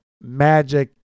magic